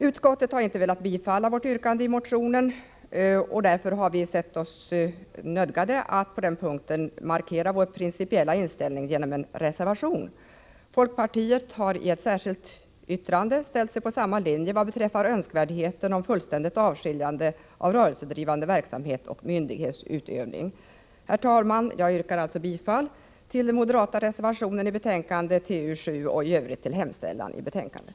Utskottet har inte velat tillstyrka vårt yrkande i motionen. Därför har vi sett oss nödgade att på denna punkt markera vår principiella inställning genom en reservation. Folkpartiet har i ett särskilt yttrande ställt sig på samma linje vad beträffar önskvärdheten av ett fullständigt avskiljande av den rörelsedrivande verksamheten från myndighetsutövningen. Herr talman! Jag yrkar bifall till den moderata reservationen i trafikutskottets betänkande 7 och i övrigt bifall till hemställan i betänkandet.